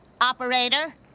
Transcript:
Operator